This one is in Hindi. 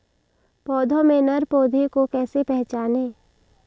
पौधों में नर पौधे को कैसे पहचानें?